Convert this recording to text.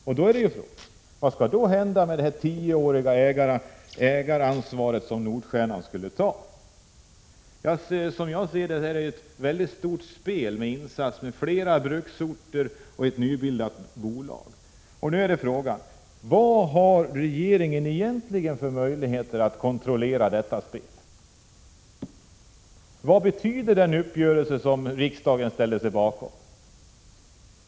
Och då är frågan vad som skall hända med detta tioåriga ägaransvar som Nordstjernan skulle ta. Som jag ser det är detta ett väldigt stort spel med flera bruksorter och ett nybildat bolag som insatser. Vad har regeringen egentligen för möjligheter att 53 kontrollera detta spel? Vad betyder den uppgörelse som riksdagen ställde sig bakom?